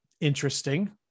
interesting